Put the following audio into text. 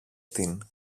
την